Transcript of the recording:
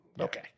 okay